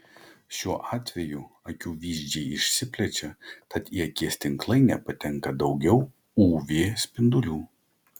šiuo atveju akių vyzdžiai išsiplečia tad į akies tinklainę patenka daugiau uv spindulių